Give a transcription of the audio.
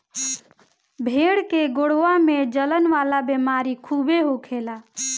भेड़ के गोड़वा में जलन वाला बेमारी खूबे होखेला